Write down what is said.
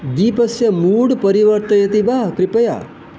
दीपस्य मूड् परिवर्तयति वा कृपया